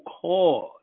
cause